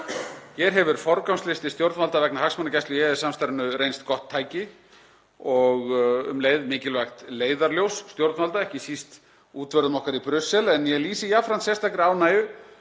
Hér hefur forgangslisti stjórnvalda vegna hagsmunagæslu í EES-samstarfinu reynst gott tæki og um leið mikilvægt leiðarljós stjórnvalda, ekki síst útvörðum okkar í Brussel. Ég lýsi jafnframt sérstakri ánægju